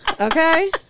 Okay